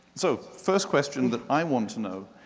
so, first question that i want to know,